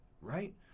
right